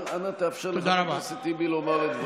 אנא תאפשר לחבר הכנסת טיבי לומר את דברו.